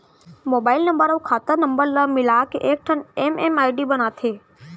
mobile number अउ खाता number ल मिलाके एकठन एम.एम.आई.डी बनाथे